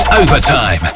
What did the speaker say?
Overtime